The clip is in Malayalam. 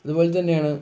അതുപോലെ തന്നെയാണ്